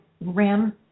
rim